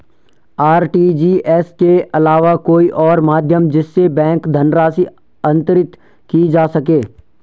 RTGS के अलावा कोई और माध्यम जिससे बैंक धनराशि अंतरित की जा सके?